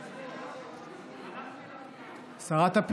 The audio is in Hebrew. איפה,